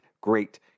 great